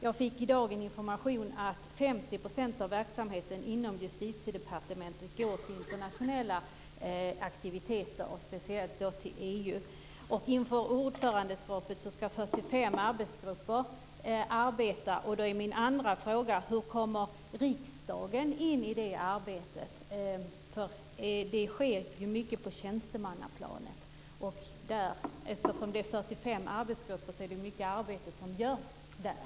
Jag fick i dag information om att 50 % av verksamheten inom Justitiedepartementet går till internationella aktiviteter och speciellt då till EU. Och inför ordförandeskapet ska 45 arbetsgrupper arbeta. Då är min andra fråga: Hur kommer riksdagen in i det arbetet, därför att det sker ju mycket på tjänstemannaplanet? Och eftersom det handlar om 45 arbetsgrupper är det mycket arbete som görs där.